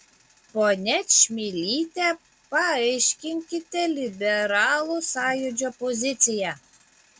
ponia čmilyte paaiškinkite liberalų sąjūdžio poziciją